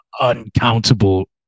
uncountable